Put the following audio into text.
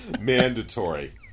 Mandatory